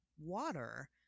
water